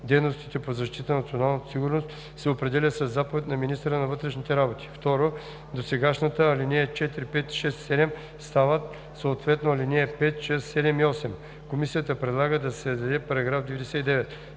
дейностите по защитата на националната сигурност се определя със заповед на министъра на вътрешните работи.“ 2. Досегашните ал. 4, 5, 6 и 7 стават съответно ал. 5, 6, 7 и 8.“ Комисията предлага да се създаде § 99: „§ 99.